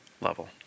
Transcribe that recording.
level